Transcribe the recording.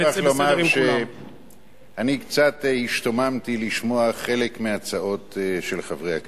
אני מוכרח לומר שקצת השתוממתי לשמוע חלק מההצעות של חברי הכנסת.